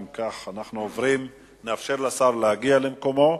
אם כך, נאפשר לשר להגיע למקומו,